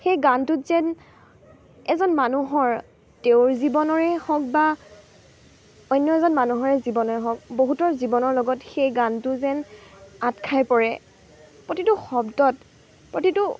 সেই গানটোত যেন এজন মানুহৰ তেওঁৰ জীৱনৰে হওক বা অন্য এজন মানুহৰে জীৱনেই হওক বহুতৰ জীৱনৰ লগত সেই গানটো যেন আঁট খাই পৰে প্ৰতিটো শব্দত প্ৰতিটো